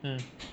mm